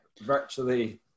virtually